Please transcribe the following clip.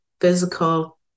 physical